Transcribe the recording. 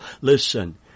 listen